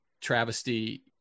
travesty